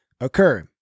occur